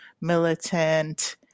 militant